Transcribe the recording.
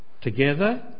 Together